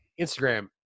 Instagram